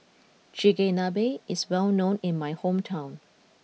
Chigenabe is well known in my hometown